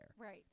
Right